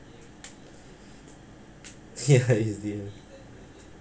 ya easier